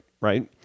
right